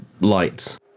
lights